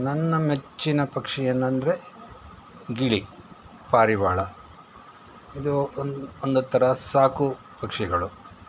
ನನ್ನ ಮೆಚ್ಚಿನ ಪಕ್ಷಿ ಏನು ಅಂದರೆ ಗಿಳಿ ಪಾರಿವಾಳ ಇದು ಒಂದು ಒಂದು ಥರ ಸಾಕು ಪಕ್ಷಿಗಳು